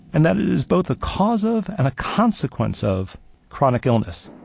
and that it is both a cause of and a consequence of chronic illness.